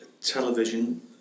television